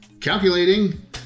Calculating